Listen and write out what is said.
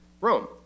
Rome